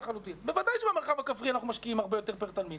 בוודאי שבמרחב הכפרי אנחנו משקיעים הרבה יותר פר תלמיד,